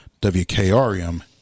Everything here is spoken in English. WKRM